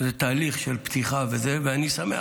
זה תהליך של פתיחה, ואני שמח.